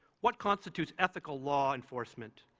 what constitutes ethical law enforcement?